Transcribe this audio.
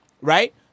right